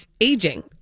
aging